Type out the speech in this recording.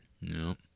No